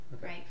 right